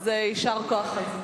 אז יישר כוח.